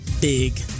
Big